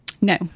No